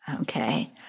Okay